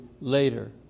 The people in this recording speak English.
later